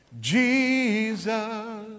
Jesus